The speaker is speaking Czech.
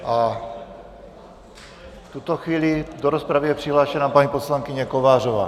V tuto chvíli je do rozpravy přihlášena paní poslankyně Kovářová.